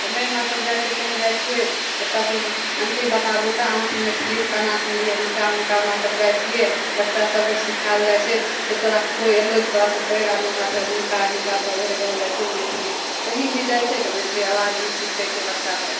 तऽ नहि हमरासभ जाइ छिए कहूँ जाइ छिए बच्चासभ कहै छै आण्टी बताबू तऽ अहाँसभ मैथिली कोना सिखलिए हुनका हुनका हमरासभ जाइ छिए बच्चा सभकेँ सिखाएल जाइ छै से तोहरा कोइ अएलौ तोहरासे पैघ आदमी ओकरा कही हुनका हिनका तब ओकरे कहल जाइ छै मैथिली कहीँ भी जाइ छै तऽ मैथिली आवाजमे सिखै छै बच्चासभ